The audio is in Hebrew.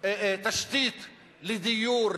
תשתית לדיור,